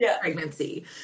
pregnancy